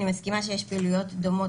אני מסכימה שיש פעילויות דומות,